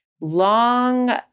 long